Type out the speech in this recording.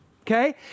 Okay